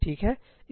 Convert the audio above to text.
ठीक है